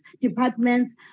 department's